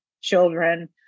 children